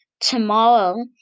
tomorrow